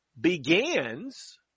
begins